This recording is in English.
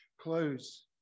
close